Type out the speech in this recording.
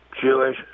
jewish